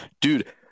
dude